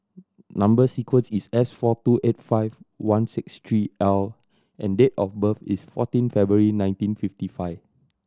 number sequence is S four two eight five one six three L and date of birth is fourteen February nineteen fifty five